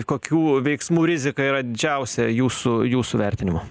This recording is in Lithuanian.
kokių veiksmų rizika yra didžiausia jūsų jūsų vertinimu